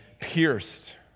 pierced